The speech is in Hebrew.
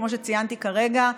כמו שציינתי כרגע,